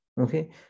okay